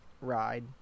ride